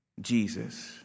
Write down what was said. Jesus